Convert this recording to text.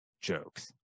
jokes